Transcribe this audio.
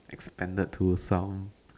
expanded to some